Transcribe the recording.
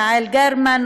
יעל גרמן,